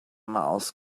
mouse